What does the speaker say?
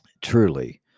truly